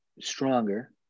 stronger